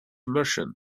immersion